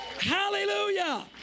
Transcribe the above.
Hallelujah